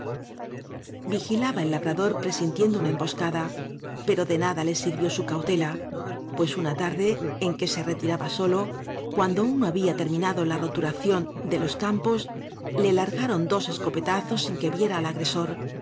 vigilaba el labrador presintiendo una em boscada pero de nada le sirvió su cautela pues una tarde en que se retiraba solo cuando aún no había terminado la roturación de los campos le largaron dos escopetazos sin que viera al agresor